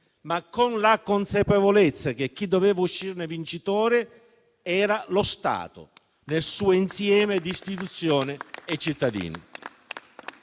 ma con la consapevolezza che chi doveva uscirne vincitore era lo Stato, nel suo insieme di istituzioni e cittadini.